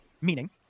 meaning